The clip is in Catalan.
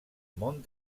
món